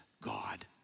God